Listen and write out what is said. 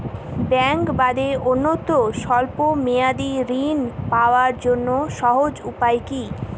ব্যাঙ্কে বাদে অন্যত্র স্বল্প মেয়াদি ঋণ পাওয়ার জন্য সহজ উপায় কি?